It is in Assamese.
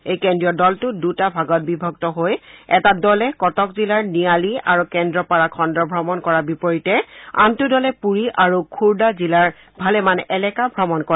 এই কেন্দ্ৰীয় দলটো দুটা ভাগত বিভক্ত হৈ এটা দলে কটক জিলাৰ নিয়ালি আৰু কেন্দ্ৰপাৰা খণ্ডৰ ভ্ৰমণ কৰাৰ বিপৰীতে আনটো দলে পুৰী আৰু খুড়দা জিলাৰ ভালেমান এলেকা ভ্ৰমণ কৰে